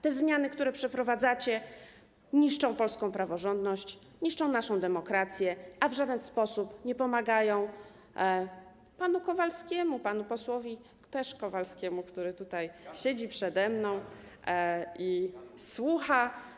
Te zmiany, które przeprowadzacie, niszczą polską praworządność, niszczą naszą demokrację, a w żaden sposób nie pomagają panu Kowalskiemu - panu posłowi też Kowalskiemu, który tutaj siedzi przede mną i słucha.